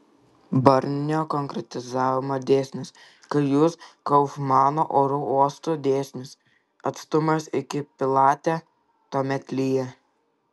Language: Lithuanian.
barnio konkretizavimo dėsnis kai jūs kaufmano oro uostų dėsnis atstumas iki pilate tuomet lyja